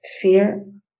fear